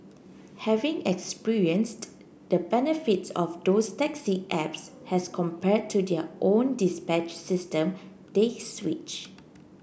having experienced the benefits of those taxi apps as compared to their own dispatch system they switch